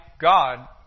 God